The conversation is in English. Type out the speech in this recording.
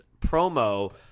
promo